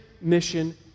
mission